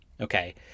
Okay